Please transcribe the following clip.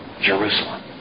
Jerusalem